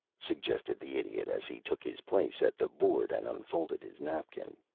suggested the idiot, as he took his place at the board and unfolded his napkin.